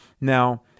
Now